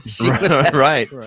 right